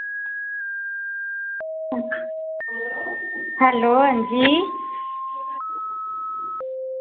hello अंजी